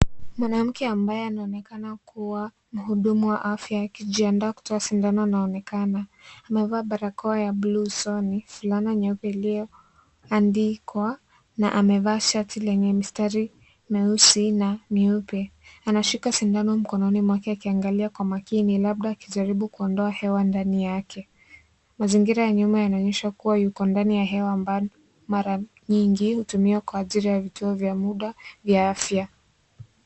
Mwanamke ambaye anaonekana kuwa muhudumu wa afya akijiandaa kutoa shindano anaonekana amevaa barakoa ya blue(cs) usoni, fulana nyeupe iliyoandikwa na amevaa shati lenye mistari meusi na meupe , anadhika shindano mkononi akiangalia kwa makini labda akijaribu kuondoa hewa ndani yake mazingira ya nyuma inaonyesha kuwa yuko ndani ya hewa mbali mara mingi hutumiwa kwa ajili ya vituo vya muda vya afya.